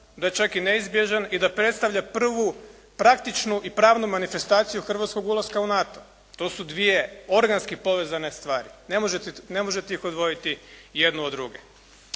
da je čak i neizbježan i da predstavlja prvu praktičnu i pravnu manifestaciju hrvatskog ulaska u NATO. To su dvije organski povezane stvari. Ne možete ih odvojiti jednu od druge.